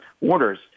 orders